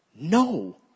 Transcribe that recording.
No